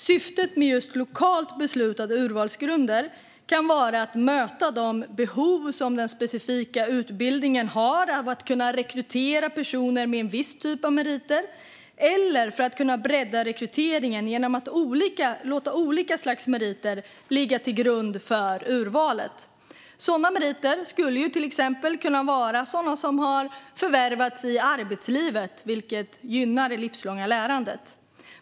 Syftet med lokalt beslutade urvalsgrunder kan vara att möta de behov som den specifika utbildningen har av att kunna rekrytera personer med en viss typ av meriter eller att kunna bredda rekryteringen genom att låta olika slags meriter ligga till grund för urvalet. Sådana meriter skulle till exempel kunna vara sådana som har förvärvats i arbetslivet, vilket gynnar det livslånga lärandet.